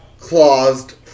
claused